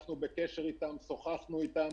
אנחנו בקשר איתם, שוחחנו איתם.